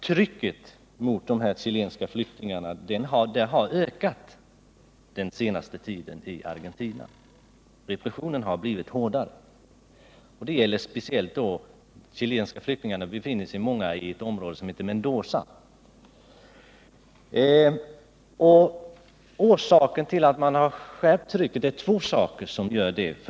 Trycket mot de chilenska flyktingarna i Argentina har också ökat under den senaste tiden, repressionen har blivit hårdare. Det gäller då speciellt för de chilenska flyktingar som befinner sig i Mendozaområdet. Orsakerna till att man har skärpt detta tryck är två.